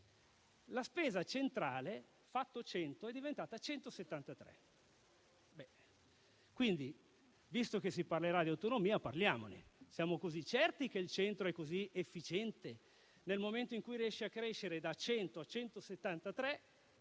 La spesa centrale, fatta 100, è diventata 173. Visto quindi che si parlerà di autonomia, parliamone: siamo così certi che il centro sia così efficiente, nel momento in cui riesce a crescere da 100 a 173